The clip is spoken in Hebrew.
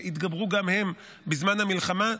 שהתגברו גם הן בזמן המלחמה,